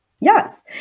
Yes